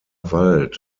wald